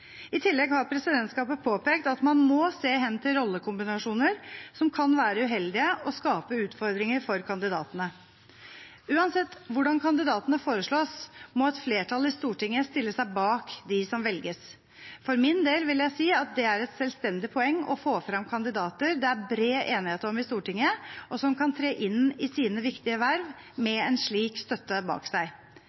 I tillegg har presidentskapet påpekt at man må se hen til rollekombinasjoner som kan være uheldige og skape utfordringer for kandidatene. Uansett hvordan kandidatene foreslås, må et flertall i Stortinget stille seg bak dem som velges. For min del vil jeg si at det er et selvstendig poeng å få frem kandidater det er bred enighet om i Stortinget, og som kan tre inn i sine viktige verv med en slik støtte bak seg.